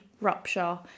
rupture